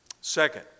Second